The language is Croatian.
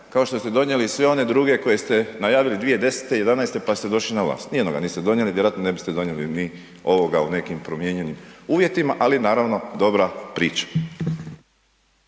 kao što ste donijeli i sve one druge koje ste najavili 2010. i 2011. pa ste došli na vlast, nijednoga niste donijeli, vjerojatno ne biste ni donijeli ni ovoga u nekim promijenjenim uvjetima ali naravno dobra priča.